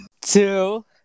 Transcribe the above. two